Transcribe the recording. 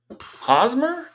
Hosmer